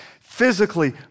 physically